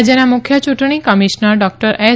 રાજ્યના મુખ્ય ચૂંટણી કમિશનર ડોક્ટર એસ